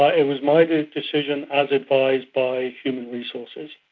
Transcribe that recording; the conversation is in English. ah it was my decision as advised by human resources.